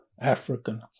African